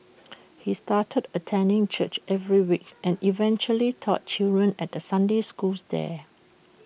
he started attending church every week and eventually taught children at the Sunday schools there